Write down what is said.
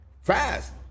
Fast